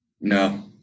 No